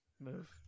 move